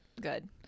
Good